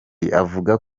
avuga